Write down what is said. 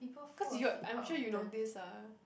cause you're I'm sure you notice ah